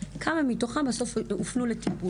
כמה מתוכם בסוף הופנו לטיפול.